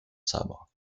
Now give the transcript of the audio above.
sabre